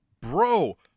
bro